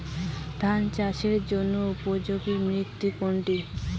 ধান চাষের জন্য উপযুক্ত মৃত্তিকা কোনটি?